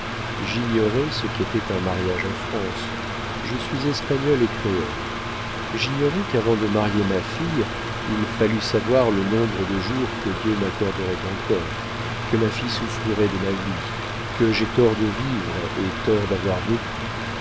j'ignorais ce qu'était un mariage en france je suis espagnole et créole j'ignorais qu'avant de marier ma fille il fallût savoir le nombre de jours que dieu m'accorderait encore que ma fille souffrirait de ma vie que j'ai tort de vivre et tort d'avoir vécu